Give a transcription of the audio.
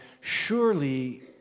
surely